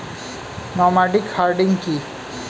Nomadic herding কি?